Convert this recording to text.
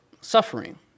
suffering